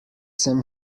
sem